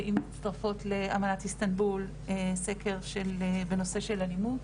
ומצטרפות לאמנת איסטנבול, סקר בנושא של אלימות